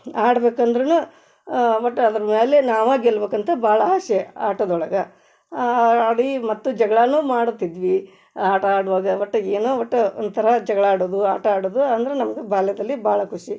ಆಡ್ಬೇಕಂದ್ರೂ ಒಟ್ಟು ಅದ್ರ ಮೇಲೆ ನಾವೇ ಗೆಲ್ಲಬೇಕಂತ ಭಾಳ ಆಸೆ ಆಟದೊಳಗೆ ಆಡಿ ಮತ್ತು ಜಗ್ಳನೂ ಮಾಡ್ತಿದ್ವಿ ಆಟ ಆಡುವಾಗ ಒಟ್ಟು ಏನೋ ಒಟ್ಟು ಒಂಥರ ಜಗಳ ಆಡೋದು ಆಟ ಆಡೋದು ಅಂದ್ರೆ ನಮ್ಗೆ ಬಾಲ್ಯದಲ್ಲಿ ಭಾಳ ಖುಷಿ